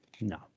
no